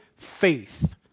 faith